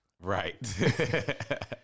Right